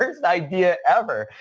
um idea ever.